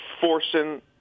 forcing